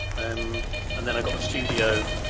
um and then i got a studio.